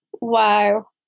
Wow